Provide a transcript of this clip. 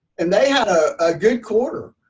and they had a ah good quarter.